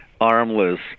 armless